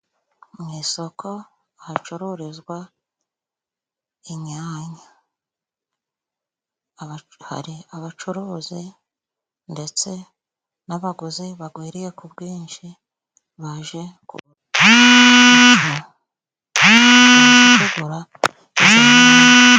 Mu isoko hacururizwa inyanya, abacu hari abacuruzi ndetse n'abaguzi bagwiriye ku bwinshi baje kugura izo nyanya.